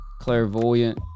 clairvoyant